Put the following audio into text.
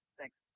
Thanks